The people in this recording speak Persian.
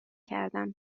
کردم